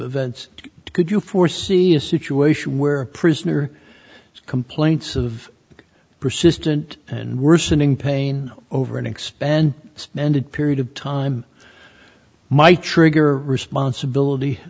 events could you foresee a situation where a prisoner complaints of persistent and worsening pain over an expend splendid period of time might trigger responsibility